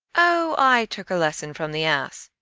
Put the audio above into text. oh, i took a lesson from the ass.